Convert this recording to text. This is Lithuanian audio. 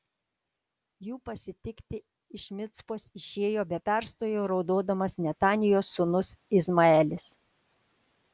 jų pasitikti iš micpos išėjo be perstojo raudodamas netanijos sūnus izmaelis